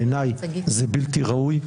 בעיניי זה בלתי ראוי,